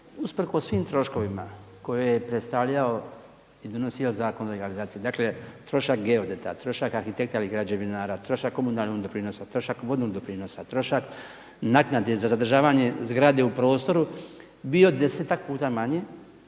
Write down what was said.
usprkos svim troškovima koje je predstavljao i donosio Zakon o legalizaciji, dakle trošak geodeta, trošak arhitekta ili građevinara, trošak komunalnog doprinosa, trošak vodnog doprinosa, trošak naknade za zadržavanje zgrade u prostoru, bio desetak puta manji